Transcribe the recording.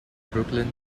brooklyn